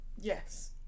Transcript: Yes